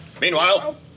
Meanwhile